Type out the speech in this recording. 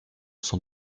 sans